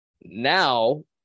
Now